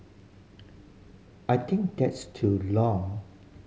I think that's too long